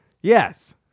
Yes